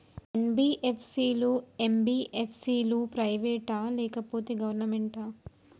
NBFC లు, MBFC లు private ఆ లేకపోతే గవర్నమెంటా?